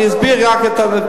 אני אסביר רק את הדברים.